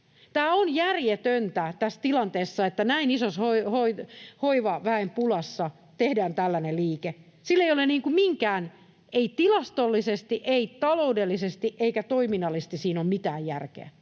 Tämä on järjetöntä tässä tilanteessa, että näin isossa hoivaväen pulassa tehdään tällainen liike. Siinä ei ole — ei tilastollisesti, ei taloudellisesti eikä toiminnallisesti — mitään järkeä.